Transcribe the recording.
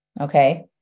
Okay